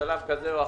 בשלב כזה או אחר,